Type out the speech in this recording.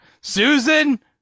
Susan